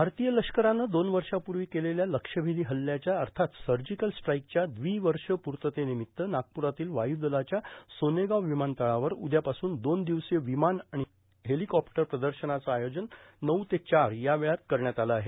भारतीय लष्करानं दोन वर्षापूर्वी केलेल्या लक्ष्यभेदी हल्ल्याच्या अर्थात सर्जिकल स्ट्राईकच्या द्विवर्ष प्रर्ततेनिमित्त्य नागप्ररातील वायू दलाच्या सोनेगाव विमानतळावर उद्यापासून दोन दिवसीय विमान आणि हेलिकॉप्टर प्रदर्शनाचं आयोजन नऊ ते चार या वेळात करण्यात आलं आहे